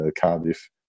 Cardiff